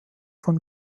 von